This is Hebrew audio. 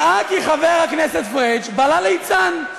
נראה כי חבר הכנסת פריג' בלע ליצן.